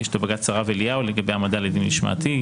יש את בג"צ הרב אליהו לגבי העמדה לדין משמעתי,